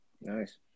Nice